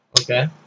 Okay